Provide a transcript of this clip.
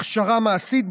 הכשרה מעשית,